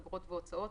אגרות והוצאות,